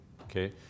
okay